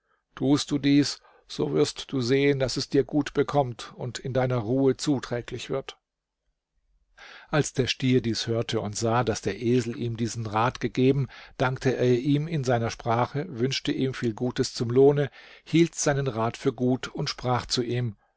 tust du dies so wirst du sehen daß es dir gut bekommt und deiner ruhe zuträglich wird als der stier dies hörte und sah daß der esel ihm diesen rat gegeben dankte er ihm in seiner sprache wünschte ihm viel gutes zum lohne hielt seinen rat für gut und sprach zu ihm